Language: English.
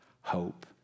hope